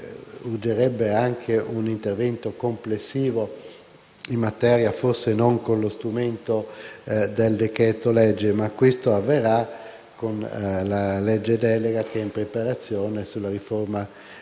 urgerebbe anche un intervento complessivo in materia senza ricorrere allo strumento del decreto-legge, ma questo avverrà con la legge delega, che è in fase di preparazione, sulla riforma